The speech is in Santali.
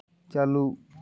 ᱪᱟᱹᱞᱩ